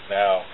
now